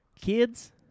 Kids